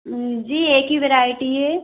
जी एक ही वैराइटी है